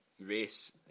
race